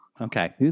Okay